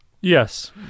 Yes